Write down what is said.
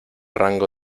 rango